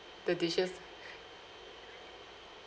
the dishes